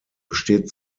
besteht